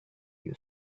you